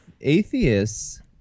Atheists